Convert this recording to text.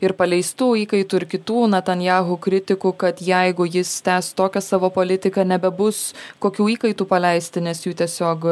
ir paleistų įkaitų ir kitų natanjahu kritikų kad jeigu jis tęs tokią savo politiką nebebus kokių įkaitų paleisti nes jų tiesiog